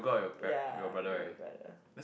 ya very bad ah